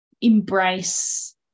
embrace